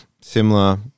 similar